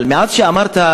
אבל מאז שאמרת,